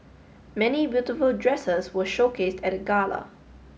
many beautiful dresses were showcased at gala